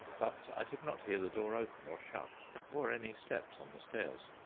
but i did not hear the door open or shut or any steps on the stairs.